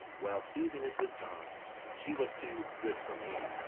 well, susan is with god she was too good for me.